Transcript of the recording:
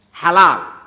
Halal